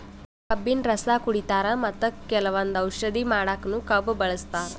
ಕಬ್ಬಿನ್ ರಸ ಕುಡಿತಾರ್ ಮತ್ತ್ ಕೆಲವಂದ್ ಔಷಧಿ ಮಾಡಕ್ಕನು ಕಬ್ಬ್ ಬಳಸ್ತಾರ್